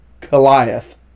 Goliath